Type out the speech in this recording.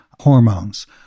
hormones